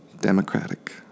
Democratic